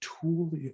tool